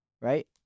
right